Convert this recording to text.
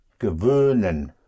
Gewöhnen